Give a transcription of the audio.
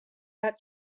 that